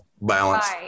balance